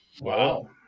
Wow